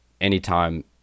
anytime